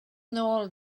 nôl